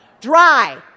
Dry